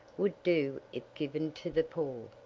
would do if given to the poor.